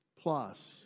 plus